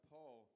Paul